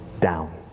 down